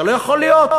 זה לא יכול להיות.